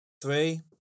Three